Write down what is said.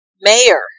mayor